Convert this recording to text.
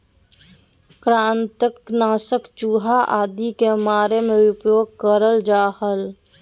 कृंतक नाशक चूहा आदि के मारे मे उपयोग करल जा हल